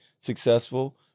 successful